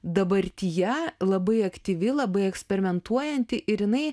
dabartyje labai aktyvi labai eksperimentuojanti ir jinai